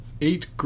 eight